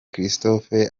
christophe